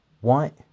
White